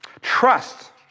trust